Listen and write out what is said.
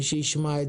מי שישמע את